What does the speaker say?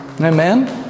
Amen